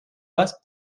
vaste